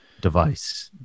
device